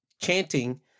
chanting